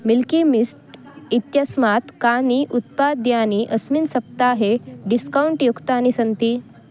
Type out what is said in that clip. milky Mist इत्यस्मात् कानि उत्पाद्यानि अस्मिन् सप्ताहे डिस्कौण्ट् युक्तानि सन्ति